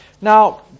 Now